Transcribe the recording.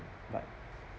but